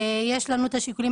יש לנו את השיקולים